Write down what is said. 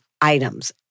items